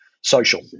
Social